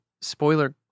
spoiler